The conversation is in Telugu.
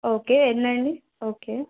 ఓకే ఎన్నండి ఓకే